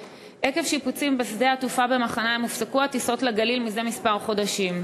עקב שיפוצים בשדה התעופה במחניים הופסקו הטיסות לגליל מזה כמה חודשים,